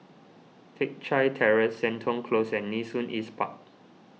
Teck Chye Terrace Seton Close and Nee Soon East Park